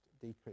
decrease